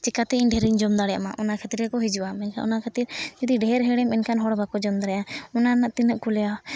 ᱪᱮᱠᱟᱛᱮ ᱤᱧ ᱰᱷᱮᱨ ᱤᱧ ᱡᱚᱢ ᱫᱟᱲᱮᱭᱟᱜᱢᱟ ᱚᱱᱟ ᱠᱷᱟᱹᱛᱤᱨ ᱜᱮᱠᱚ ᱦᱤᱡᱩᱜᱼᱟ ᱚᱱᱟ ᱠᱷᱟᱹᱴᱤᱨ ᱰᱷᱮᱨ ᱦᱚᱲ ᱮᱱᱠᱷᱟᱱ ᱦᱚᱲ ᱵᱟᱠᱚ ᱡᱚᱢ ᱫᱟᱲᱮᱭᱜᱼᱟ ᱚᱱᱟ ᱨᱮᱱᱟᱜ ᱛᱤᱱᱟᱹᱜ ᱠᱚ ᱞᱟᱹᱭᱟ